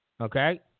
okay